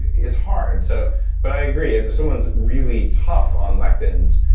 it's hard. so but i agree, if someone's really tough on lectins,